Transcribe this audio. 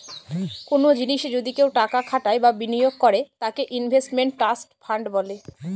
কোনো জিনিসে যদি কেউ টাকা খাটায় বা বিনিয়োগ করে তাকে ইনভেস্টমেন্ট ট্রাস্ট ফান্ড বলে